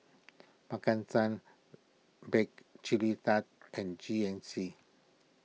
Maki San Bake Chilly Tart and G N C